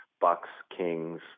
Bucks-Kings